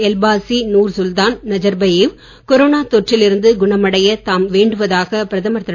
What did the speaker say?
எல்பாசி Nursultan Nazarbayev corona தொற்றில் இருந்து குணமடைய தாம் வேண்டுவதாக பிரதமர் திரு